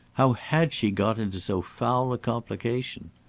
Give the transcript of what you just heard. how had she got into so foul a complication?